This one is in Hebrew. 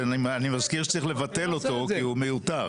שאני מזכיר שצריך לבטל אותו כי הוא מיותר.